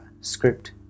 script